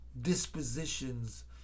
dispositions